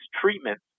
treatment